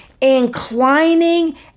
inclining